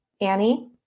Annie